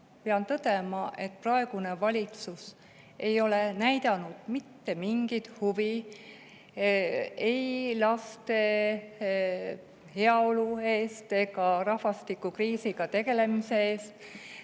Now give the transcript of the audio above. pean tõdema, et praegune valitsus ei ole näidanud üles mitte mingit huvi laste heaolu vastu ega seisnud rahvastikukriisiga tegelemise eest.